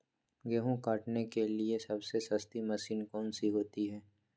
गेंहू काटने के लिए सबसे सस्ती मशीन कौन सी होती है?